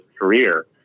career